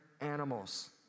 animals